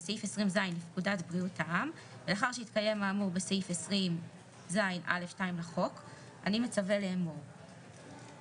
והשעה היא 09:05. אנחנו נדון הבוקר כנדרש וכמתבקש,